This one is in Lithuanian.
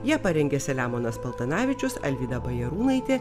ją parengė selemonas paltanavičius alvyda bajarūnaitė